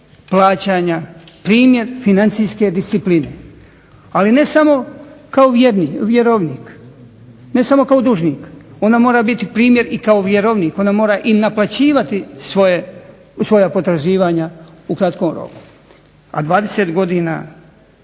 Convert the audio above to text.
plaćanja, primjer financijske discipline, ne samo kao dužnik, ona mora biti primjer kao vjerovnik, ona mora naplaćivati svoja potraživanja u kratkom roku, a 20 godina